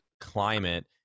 climate